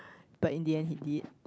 but in the end he did